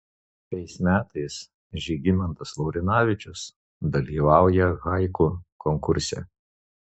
šiais metais žygimantas laurinavičius dalyvauja haiku konkurse